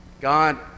God